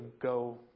Go